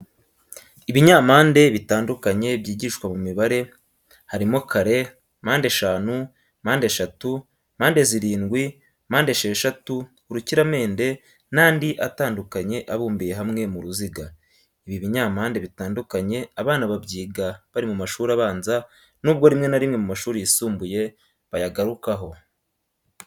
Ibinyampande bitandukanye byigishwa mu mibare harimo kare, mpandeshanu, mpandeshatu, mpande zirindwi, mpandesheshatu, urukiramende n'andi atandukanye abumbiye hamwe mu ruziga. Ibi binyampande bitandukanye abana babyiga bari mu mashuri abanza nubwo rimwe na rimwe mu mashuri yisumbuye bayagarukaho.